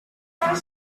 لاغر